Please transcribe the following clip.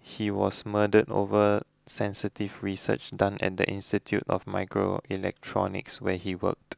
he was murdered over sensitive research done at the Institute of Microelectronics where he worked